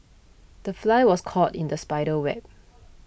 the fly was caught in the spider's web